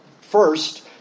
first